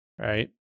right